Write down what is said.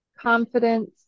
Confidence